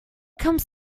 comes